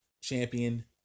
champion